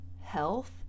health